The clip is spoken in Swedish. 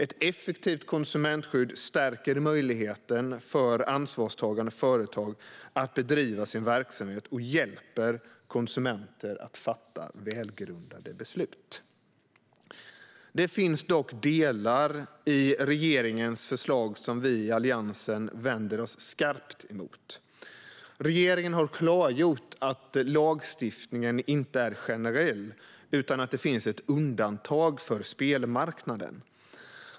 Ett effektivt konsumentskydd stärker möjligheten för ansvarstagande företag att bedriva sin verksamhet och hjälper konsumenter att fatta välgrundade beslut. Det finns dock delar i regeringens förslag som vi i Alliansen vänder oss skarpt emot. Regeringen har klargjort att lagstiftningen inte är generell utan att det finns ett undantag för spelmarknaden.